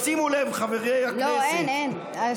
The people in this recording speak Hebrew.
שימו לב, חברי הכנסת, לא, אין, אין.